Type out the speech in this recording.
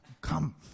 come